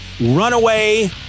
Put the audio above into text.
Runaway